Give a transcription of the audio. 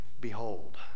behold